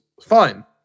Fine